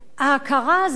ההכרה הזאת,